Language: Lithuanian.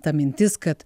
ta mintis kad